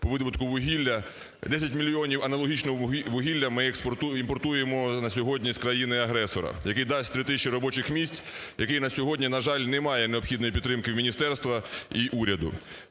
по видобутку вугілля. 10 мільйонів аналогічного вугілля ми імпортуємо на сьогодні з країни-агресора, який дасть 3 тисячі робочих місць, який на сьогодні, на жаль, не має необхідної підтримки в міністерства і уряду.